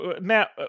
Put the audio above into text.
matt